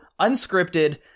unscripted